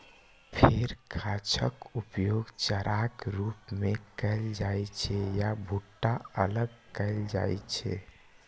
फेर गाछक उपयोग चाराक रूप मे कैल जाइ छै आ भुट्टा अलग कैल जाइ छै